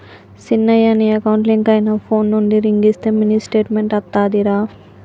సిన్నయ నీ account link అయిన ఫోన్ నుండి రింగ్ ఇస్తే మినీ స్టేట్మెంట్ అత్తాదిరా